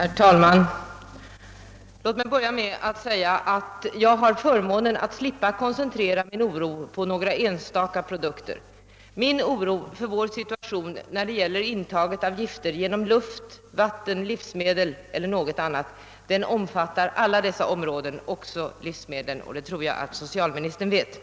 Herr talman! Låt mig börja med att säga att jag inte koncentrerar min oro till några enstaka produkter. Min oro för vår situation när det gäller människornas intag av gifter genom luft, vatten, livsmedel eller något annat medium omfattar alla tänkbara områden — inte minst livsmedel — och det tror jag att socialministern vet.